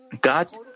God